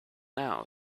now